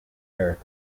earth